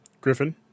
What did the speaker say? Griffin